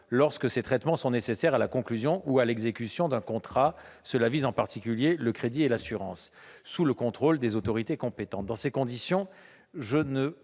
lorsque ces traitements sont nécessaires à la conclusion ou à l'exécution d'un contrat- cela vise en particulier le crédit et l'assurance -, sous le contrôle des autorités compétentes. Dans ces conditions, je ne